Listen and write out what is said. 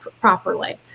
properly